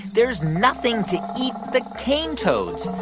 there's nothing to eat the cane toads.